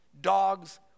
dogs